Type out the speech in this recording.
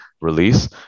release